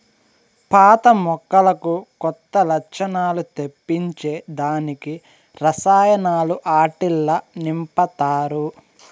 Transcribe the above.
పాత మొక్కలకు కొత్త లచ్చణాలు తెప్పించే దానికి రసాయనాలు ఆట్టిల్ల నింపతారు